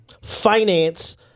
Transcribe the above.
finance